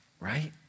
right